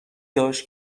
داشت